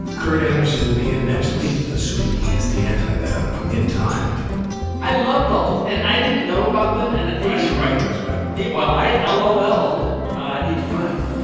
kurt anderson will be in next week. assuming he gets the antivenom in time i loved all those and i didn't know about them. and i didn't write those, by the way. well, i ah l-low l'd ah each time.